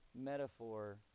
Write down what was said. metaphor